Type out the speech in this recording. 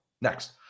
Next